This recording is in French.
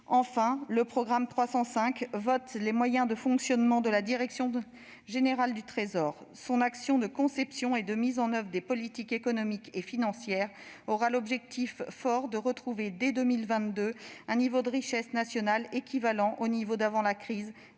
Enfin, le programme 305 prévoit les moyens de fonctionnement de la direction générale du Trésor. Son action de conception et de mise en oeuvre des politiques économiques et financières visera un objectif essentiel, celui de retrouver dès 2022 un niveau de richesse nationale équivalent à celui d'avant la crise, mais